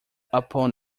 upon